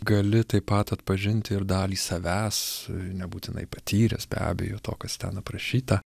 gali taip pat atpažinti ir dalį savęs nebūtinai patyręs be abejo to kas ten aprašyta